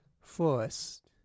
first